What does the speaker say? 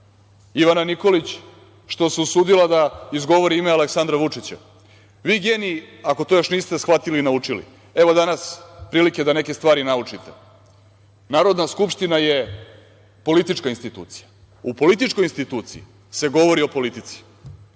Nikolić, što se usudila da izgovori ime Aleksandra Vučića. Vi geniji ako to još niste shvatili i naučili, evo danas prilike da neke stvari naučite. Narodna skupština je politička institucija. U političkoj instituciji se govori o politici.